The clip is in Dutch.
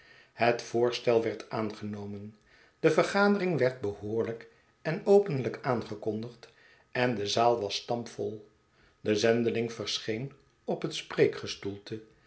het voorstel werd aangenomen de vergadering werd behoorlijk en openlijk aangekondigd en de zaal was stampvol de zendeling verscheen op het spreekgestoelte